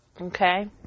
Okay